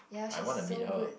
I want to meet her